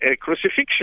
crucifixion